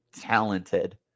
talented